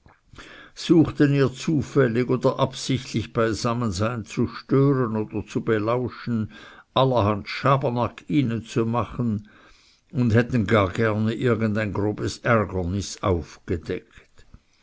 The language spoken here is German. suchten ihr zufällig oder absichtlich beisammensein zu stören oder zu belauschen allerhand schabernack ihnen zu machen und hätten gar gerne irgend ein grobes ärgernis aufgedeckt